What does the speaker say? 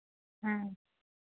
हाँ